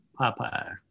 Popeye